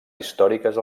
històriques